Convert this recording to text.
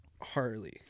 Harley